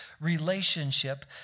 relationship